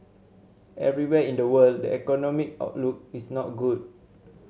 everywhere in the world the economic outlook is not good